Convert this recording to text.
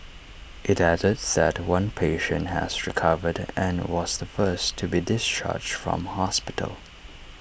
IT added that one patient has recovered and was the first to be discharged from hospital